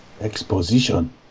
Exposition